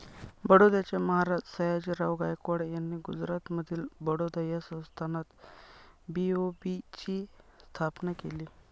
बडोद्याचे महाराज सयाजीराव गायकवाड यांनी गुजरातमधील बडोदा या संस्थानात बी.ओ.बी ची स्थापना केली